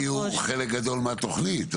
לדעתי הוא חלק גדול מהתכנית.